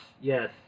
yes